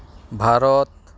Bharat